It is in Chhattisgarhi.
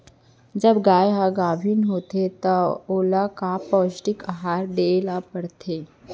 जब गाय ह गाभिन होथे त ओला का पौष्टिक आहार दे बर पढ़थे?